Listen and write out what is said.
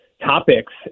topics